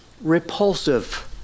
repulsive